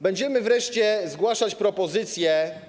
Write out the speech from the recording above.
Będziemy wreszcie zgłaszać propozycję.